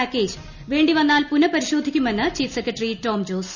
package വേണ്ടിവന്നാൽ പുനഃപരിശോധിക്കുമെന്ന് chief secretary Tom Jose